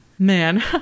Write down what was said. Man